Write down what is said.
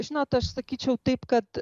žinot aš sakyčiau taip kad